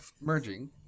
merging